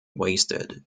wasted